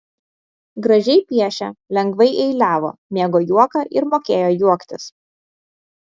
gražiai piešė lengvai eiliavo mėgo juoką ir mokėjo juoktis